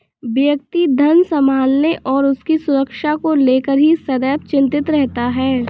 व्यक्ति धन संभालने और उसकी सुरक्षा को लेकर ही सदैव चिंतित रहता है